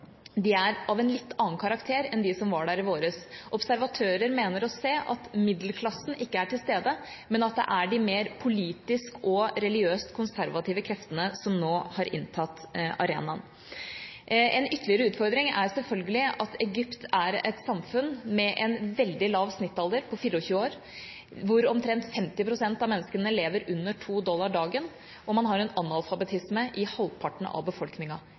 er av en litt annen karakter enn de som var der i våres. Observatører mener å se at middelklassen ikke er til stede, men at det er de mer politiske og religiøst konservative kreftene som nå har inntatt arenaen. En ytterligere utfordring er selvfølgelig at Egypt er et samfunn med en veldig lav snittalder på 24 år, hvor omtrent 50 pst. av menneskene lever under 2 dollar om dagen, og hvor man har analfabetisme i halvparten av